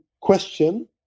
question